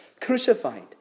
crucified